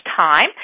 time